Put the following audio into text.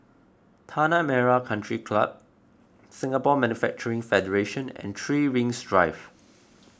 Tanah Merah Country Club Singapore Manufacturing Federation and three Rings Drive